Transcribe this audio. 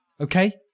Okay